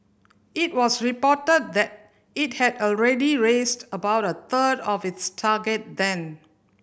it was reported that it had already raised about a third of its target then